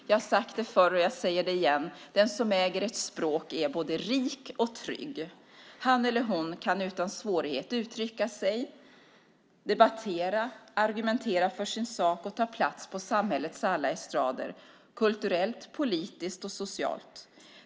Jag har sagt det förr, och jag säger det igen: Den som äger ett språk är både rik och trygg. Han eller hon kan utan svårighet uttrycka sig, debattera och argumentera för sin sak och ta plats på samhällets alla estrader, kulturella, politiska och sociala.